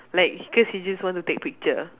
like cause he just want to take picture